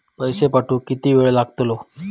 पैशे पाठवुक किती वेळ लागतलो?